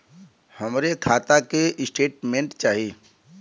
हमरे खाता के स्टेटमेंट चाही?